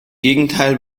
gegenteil